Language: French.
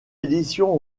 édition